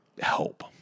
help